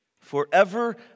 Forever